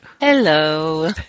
Hello